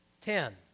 Ten